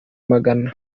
magana